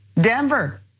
Denver